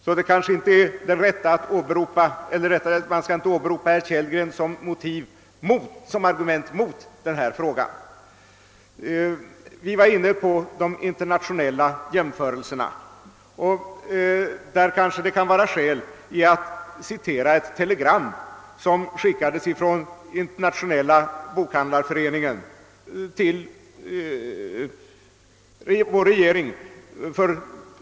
Därför skall nog herr Kellgrens ord inte användas som motargument i denna fråga. Vi var tidigare inne på internationella jämförelser, och det kan i detta sammanhang kanske vara skäl i att återge vad som skrevs i ett telegram, som för något år sedan sändes från Internationella bokhandlareföreningen till vår regering.